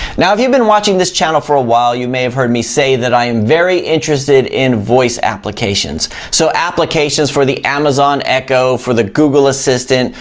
now, if you've been watching this channel for a while, you may have heard me say that i am very interested in voice applications. so, applications for the amazon echo, for the google assistant,